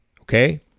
Okay